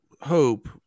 hope